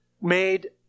made